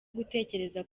gutekereza